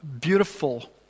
beautiful